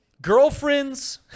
Girlfriends